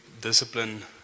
discipline